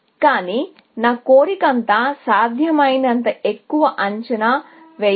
కానీ నా కోరిక అంతా సాధ్యమైనంత ఎక్కువ అంచనా వేయడం